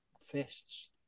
fists